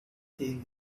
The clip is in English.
thing